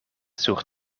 sur